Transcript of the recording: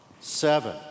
seven